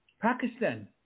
Pakistan